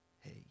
hey